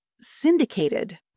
syndicated